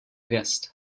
hvězd